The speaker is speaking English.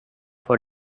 for